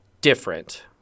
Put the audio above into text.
different